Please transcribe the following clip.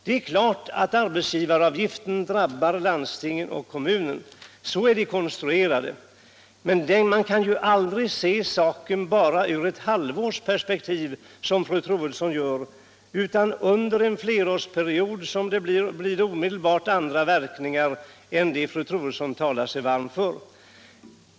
Det är klart att arbetsgivaravgiften drabbar landstingen och kommunerna, den är konstruerad så, men man kan aldrig se detta bara i ett halvårs perspektiv, som fru Troedsson gör. Under en flerårsperiod blir det omedelbart andra verkningar än de fru Troedsson talar sig varm för.